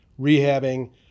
rehabbing